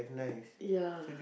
ya